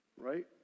Right